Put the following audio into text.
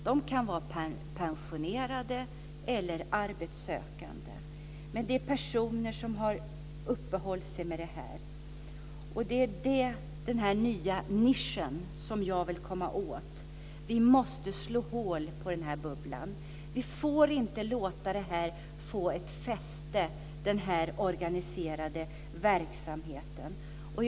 Det kan röra sig om pensionärer eller arbetssökande. Det är denna nya nisch som jag vill komma åt. Vi måste slå hål på denna bubbla. Vi får inte låta denna organiserade verksamhet få ett fäste.